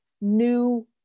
new